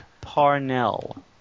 Parnell